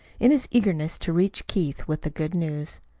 in his eagerness to reach keith with the good news.